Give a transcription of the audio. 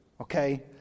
okay